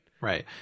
Right